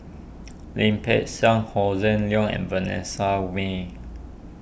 Lim Peng Siang Hossan Leong and Vanessa Mae